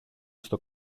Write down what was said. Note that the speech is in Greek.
στο